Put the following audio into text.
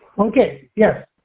okay, yeah.